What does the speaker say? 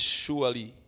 surely